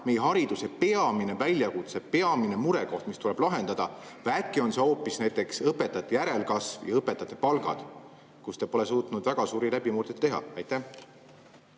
meie hariduse peamine väljakutse, peamine murekoht, mis tuleb lahendada, või äkki on see [murekoht] hoopis näiteks õpetajate järelkasv ja õpetajate palgad, kus te pole suutnud väga suuri läbimurdeid teha? Austatud